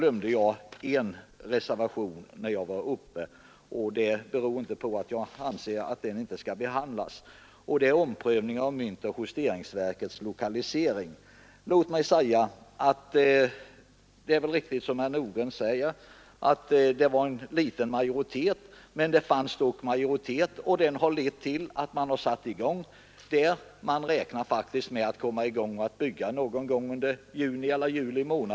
I mitt tidigare inlägg glömde jag att beröra reservationen 3 angående omprövning av myntoch justeringsverkets lokalisering. Det berodde inte på att jag skulle anse att reservationen inte skall behandlas. Det är riktigt som herr Nordgren säger, att majoriteten i denna fråga var liten, men det fanns dock en majoritet. Detta har lett till att man satt i gång, och man räknar faktiskt med att börja bygga under juni eller juli.